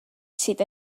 sydd